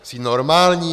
Jsi normální?